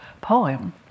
poem